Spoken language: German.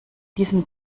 diesem